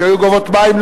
שהיו גובות מים,